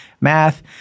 math